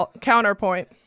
counterpoint